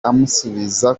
amusubiza